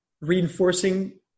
reinforcing